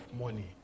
money